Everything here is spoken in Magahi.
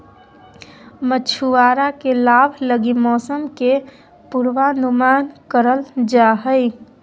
मछुआरा के लाभ लगी मौसम के पूर्वानुमान करल जा हइ